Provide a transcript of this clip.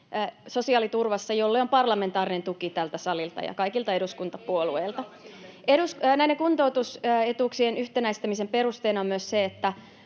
sosiaaliturvassa, jolle on parlamentaarinen tuki tältä salilta ja kaikilta eduskuntapuolueilta. [Vasemmistoliiton ryhmästä: Ei leikkauksille!] Näiden kuntoutusetuuksien yhtenäistämisen perusteena on myös se, että